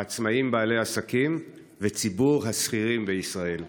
העצמאים בעלי העסקים וציבור השכירים בישראל.